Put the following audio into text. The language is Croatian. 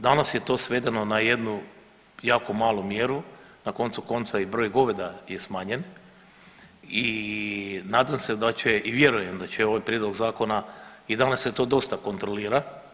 Danas je to svedeno na jednu jako malu mjeru, na koncu konca i broj goveda je smanjen i nadam se da će i vjerujem da će ovaj prijedlog zakona i danas se to dosta kontrolira.